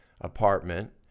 apartment